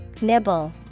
nibble